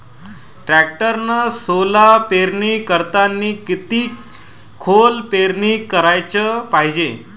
टॅक्टरनं सोला पेरनी करतांनी किती खोल पेरनी कराच पायजे?